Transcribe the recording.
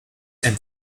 and